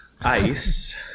Ice